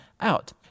out